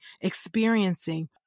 experiencing